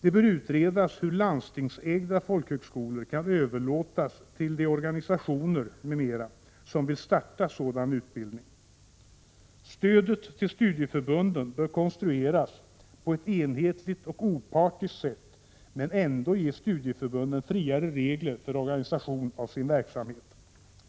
Det bör utredas hur landstingsägda folkhögskolor kan överlåtas till de organisationer m.m. som vill starta sådan utbildning. - Stödet till studieförbunden bör konstrueras på ett enhetligt och opartiskt sätt men ändå ge studieförbunden friare regler för organisation av sin verksamhet.